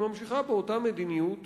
היא ממשיכה באותה מדיניות